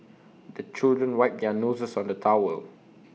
the children wipe their noses on the towel